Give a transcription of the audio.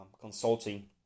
consulting